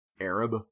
Arab